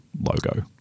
logo